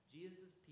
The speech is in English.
Jesus